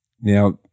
Now